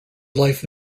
life